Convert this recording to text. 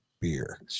Beer